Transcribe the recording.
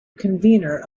convenor